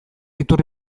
iturri